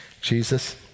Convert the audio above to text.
Jesus